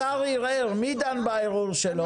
השר ערער, מי דן בערעור שלו?